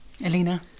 Elena